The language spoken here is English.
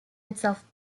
itself